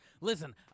Listen